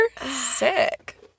Sick